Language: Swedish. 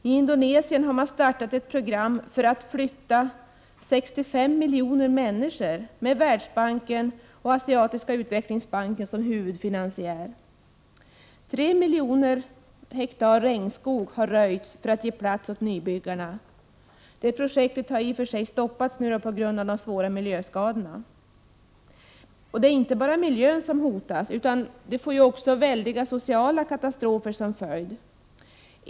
I Indonesien har man startat ett program för att flytta 65 miljoner människor med Världsbanken och Asiatiska utvecklingsbanken som huvudfinansiärer. 3 miljoner ha regnskog har röjts för att ge plats åt nybyggarna. Det projektet har nu stoppats på grund av de svåra miljöskadorna. Det är inte bara miljön som hotas, utan detta projekt får också väldiga sociala katastrofer som följd.